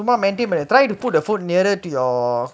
சும்மா:summa maintain பண்ணு:pannu try to put your phone nearer to your